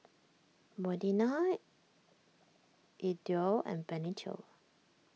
Modena Edw and Benito